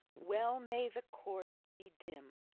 well may the court be dim,